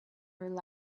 rely